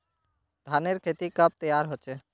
धानेर खेती कब तैयार होचे?